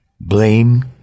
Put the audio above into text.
blame